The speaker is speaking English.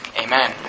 Amen